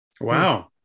Wow